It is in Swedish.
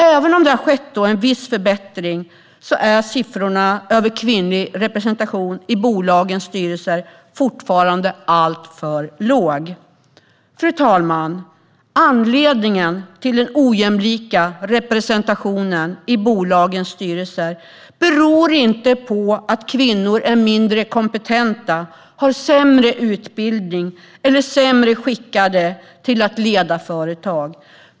Även om det har skett en viss förbättring är siffrorna över kvinnlig representation i bolagens styrelser fortfarande alltför låga. Fru talman! Anledningen till den ojämlika representationen i bolagens styrelser beror inte på att kvinnor är mindre kompetenta, har sämre utbildning eller är sämre skickade att leda företag.